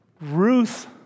Ruth